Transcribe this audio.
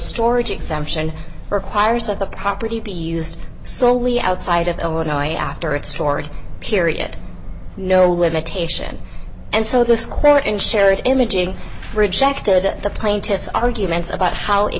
storage exemption requires that the property be used solely outside of illinois after it's stored period no limitation and so the square in shared imaging rejected the plaintiff's arguments about how it